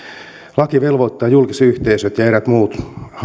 laki velvoittaa julkisyhteisöt ja eräät muut